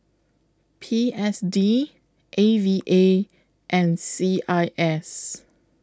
P S D A V A and C I S